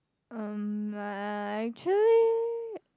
um I actually